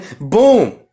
boom